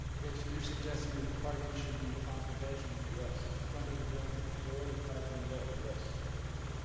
okay, so you're suggesting that the parking should be off of edgemere. yes. at the front of the building. there's already parking there, yes. okay,